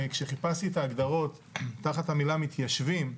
כשחיפשתי את ההגדרות תחת המילה "מתיישבים",